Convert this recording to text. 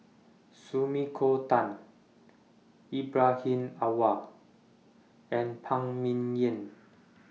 Sumiko Tan Ibrahim Awang and Phan Ming Yen